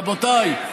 אולי רבותיי,